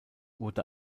wurde